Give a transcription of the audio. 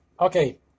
Okay